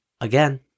again